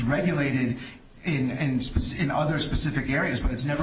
regulated in and other specific areas but it's never